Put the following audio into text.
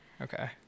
Okay